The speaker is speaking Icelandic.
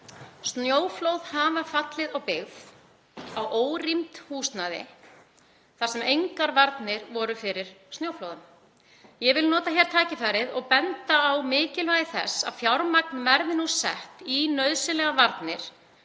Snjóflóð hafa fallið í byggð á órýmt húsnæði þar sem engar varnir voru fyrir snjóflóðum. Ég vil nota tækifærið og benda á mikilvægi þess að fjármagn verði sett í nauðsynlegar varnir